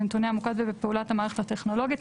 בנתוני המוקד ובפעולת המערכת הטכנולוגית.